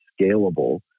scalable